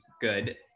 good